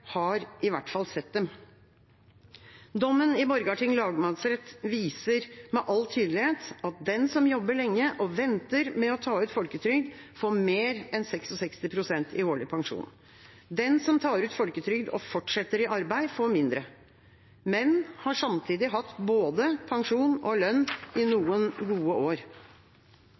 har i hvert fall sett dem. Dommen i Borgarting lagmannsrett viser med all tydelighet at den som jobber lenge og venter med å ta ut folketrygd, får mer enn 66 pst. i årlig pensjon. Den som tar ut folketrygd og fortsetter i arbeid, får mindre, men har samtidig hatt både pensjon og lønn i noen gode år.